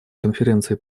конференции